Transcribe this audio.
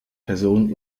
personen